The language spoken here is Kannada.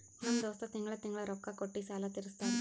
ನಮ್ ದೋಸ್ತ ತಿಂಗಳಾ ತಿಂಗಳಾ ರೊಕ್ಕಾ ಕೊಟ್ಟಿ ಸಾಲ ತೀರಸ್ತಾನ್